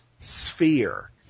sphere